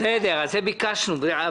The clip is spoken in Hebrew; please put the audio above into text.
זה מה שביקשנו.